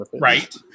Right